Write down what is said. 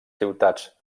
ciutats